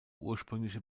ursprüngliche